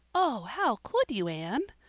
oh how could you, anne?